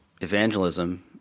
evangelism